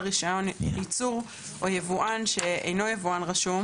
רישיון ייצור או יבואן שאינו יבואן רשום,